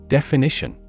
Definition